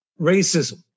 racism